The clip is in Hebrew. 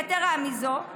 יתרה מזו,